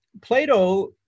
Plato